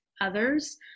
others